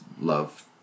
love